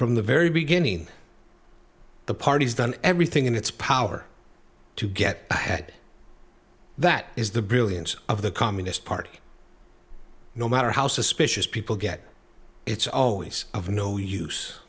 from the very beginning the party has done everything in its power to get ahead that is the brilliance of the communist party no matter how suspicious people get it's always of no use